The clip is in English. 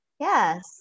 Yes